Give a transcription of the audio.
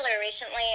recently